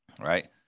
Right